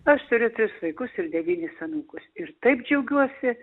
aš turiu tris vaikus ir devynis anūkus ir taip džiaugiuosi